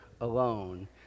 alone